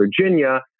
Virginia